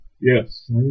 Yes